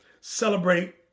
celebrate